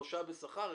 שלושה בשכר,